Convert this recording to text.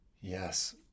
Yes